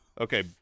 Okay